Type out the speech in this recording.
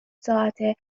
ساعته